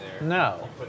No